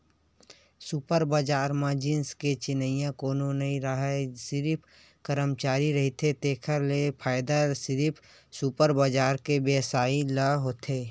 super बजार म जिनिस के बेचइया कोनो नइ राहय सिरिफ करमचारी रहिथे तेखर ले फायदा सिरिफ सुपर बजार के बेवसायी ल होथे